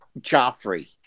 Joffrey